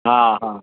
हा हा